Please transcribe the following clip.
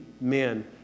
men